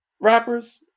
rappers